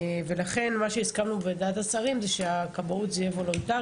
ולכן מה שהסכמנו בוועדת השרים זה שבכבאות זה יהיה וולונטרי.